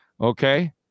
Okay